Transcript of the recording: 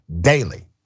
daily